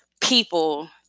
people